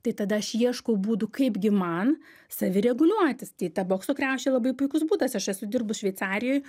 tai tada aš ieškau būdų kaip gi man savireguliuotis tai ta bokso kriaušė labai puikus būdas aš esu dirbus šveicarijoj